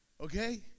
Okay